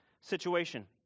situation